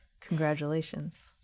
Congratulations